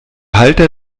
halter